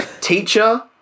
Teacher